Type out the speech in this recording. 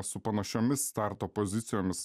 su panašiomis starto pozicijomis